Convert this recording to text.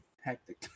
hectic